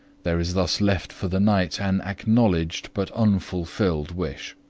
there is thus left for the night an acknowledged but unfulfilled wish.